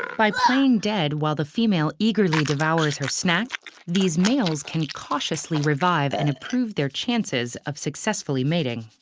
by playing dead while the female eagerly devours her snack, these males can cautiously revive and improve their chances of successfully mating.